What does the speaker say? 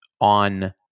on